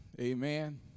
Amen